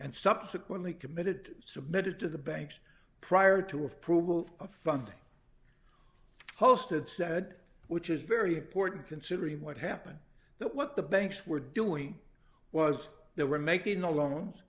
and subsequently committed submitted to the banks prior to approval of a funding hosted said which is very important considering what happened that what the banks were doing was they were making the loans